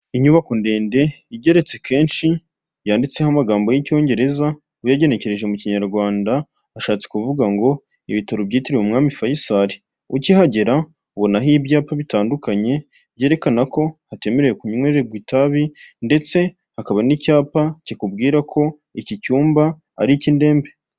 Inyubako ndende igeretse kenshi, yanditseho amagambo y'icyongereza uyagenekereje mu kinyarwanda ashatse kuvuga ngo ibitaro byitiriwe umwami Faisal, ukihagera ubonaho ibyapa bitandukanye byerekana ko hatemerewe kunywererwa itabi ndetse hakaba n'icyapa kikubwira ko iki cyumba ariy'ik'idembe.